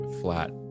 flat